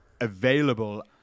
available